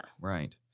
Right